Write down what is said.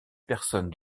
personne